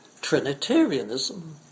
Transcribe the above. Trinitarianism